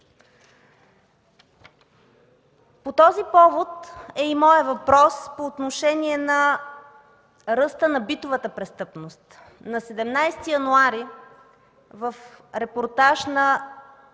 По този повод е и моят въпрос по отношение на ръста на битовата престъпност. На 17 януари в репортаж на